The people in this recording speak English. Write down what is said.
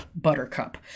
buttercup